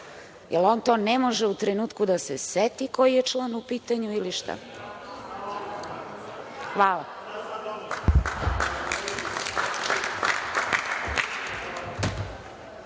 Jel on to ne može u trenutku da se seti koji je član u pitanju ili šta? Hvala.